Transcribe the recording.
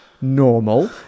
normal